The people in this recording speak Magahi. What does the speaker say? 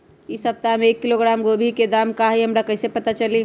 इ सप्ताह में एक किलोग्राम गोभी के दाम का हई हमरा कईसे पता चली?